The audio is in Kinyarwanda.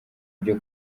byo